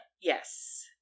Yes